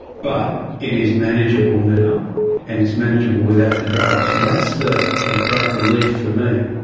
but it is manageable now and it's manageable without the drugs, and that's the the great relief for me,